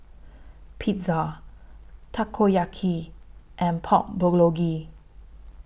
Pizza Takoyaki and Pork Bulgogi